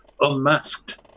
unmasked